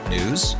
News